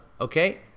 Okay